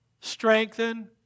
strengthen